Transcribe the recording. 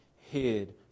hid